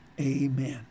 Amen